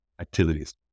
activities